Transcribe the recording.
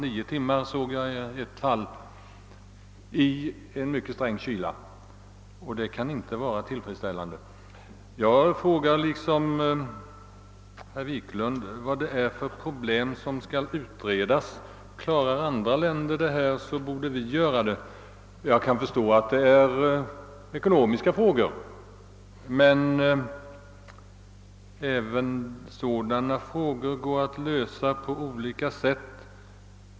I ett fall var det fråga om nio timmar i mycket sträng kyla. Dessa förhållanden kan inte vara tillfredsställande. Jag frågar liksom herr Wiklund vad det är för problem som skall utredas. Klarar andra länder av denna uppgift, borde vi kunna göra det. Jag kan förstå att det gäller ekonomiska frågor, men även sådana går att lösa på olika sätt.